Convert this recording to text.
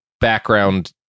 background